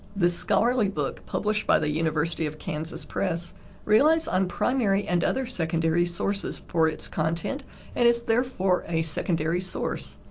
the scholarly book published by the university of kansas press relies on primary and other secondary sources for its content and is therefore a secondary source.